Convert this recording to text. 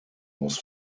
was